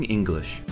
English